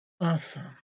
Awesome